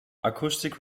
acoustic